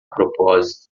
propósito